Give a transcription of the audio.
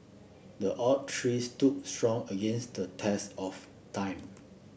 the oak tree stood strong against the test of time